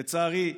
לצערי,